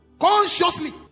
Consciously